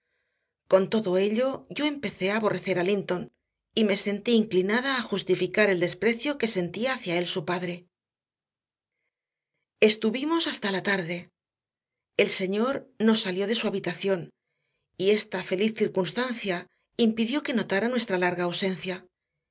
con todo ello yo empecé a aborrecer a linton y me sentí inclinada a justificar el desprecio que sentía hacia él su padre estuvimos hasta la tarde el señor no salió de su habitación y esta feliz circunstancia impidió que notara nuestra larga ausencia